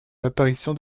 l’apparition